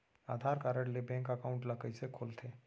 आधार card ले bank account ल कइसे खोलथे?